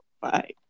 Bye